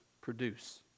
produce